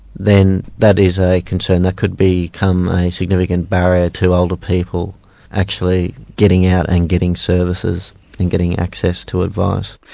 then that is a concern that could become a significant barrier to older people actually getting out and getting services and getting access to advice.